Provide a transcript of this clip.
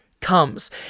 comes